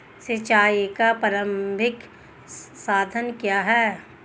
सिंचाई का प्रारंभिक साधन क्या है?